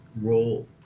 role